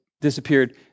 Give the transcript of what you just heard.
disappeared